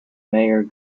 mayor